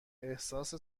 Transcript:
احساس